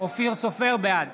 בעד